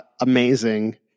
amazing